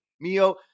Mio